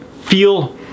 feel